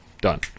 Done